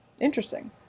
Interesting